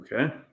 Okay